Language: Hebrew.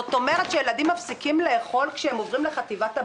האם ילדים מפסיקים לאכול כשהם עוברים לחטיבת הביניים?